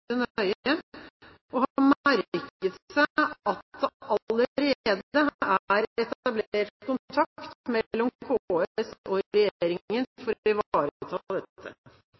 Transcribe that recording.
og har merket seg at det allerede er etablert kontakt mellom KS og regjeringen for å ivareta dette. Mindretallet har valgt å nedfelle dette